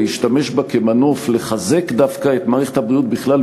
להשתמש בה כמנוף לחיזוק דווקא של מערכת הבריאות בכלל,